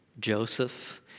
Joseph